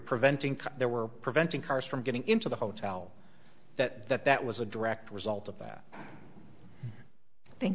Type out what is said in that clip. preventing there were preventing cars from getting into the hotel that that was a direct result of that i thin